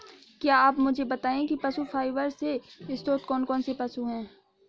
क्या आप मुझे बताएंगे कि पशु फाइबर के स्रोत कौन कौन से पशु हैं?